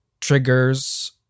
triggers